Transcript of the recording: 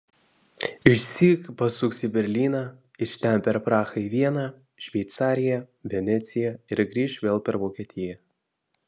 išsyk pasuks į berlyną iš ten per prahą į vieną šveicariją veneciją ir grįš vėl per vokietiją